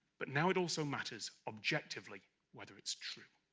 but now it also matters objectively whether it's true.